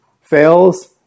fails